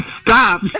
Stop